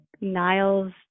Niles